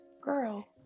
Girl